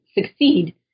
succeed